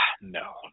no